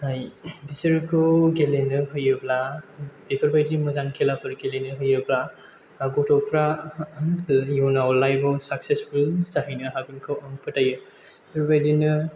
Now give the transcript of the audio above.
बिसोरखौ गेलेनो होयोब्ला बेफोरबायदि मोजां खेलाफोर गेलेनो होयोब्ला गथ'फोरा इयुनाव लाइफआव साक्सेसफुल जाहैनो हागोनखौ आं फोथायो बेफोरबायदिनो